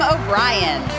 O'Brien